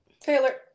Taylor